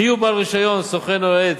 חיוב בעל רשיון, סוכן או יועץ,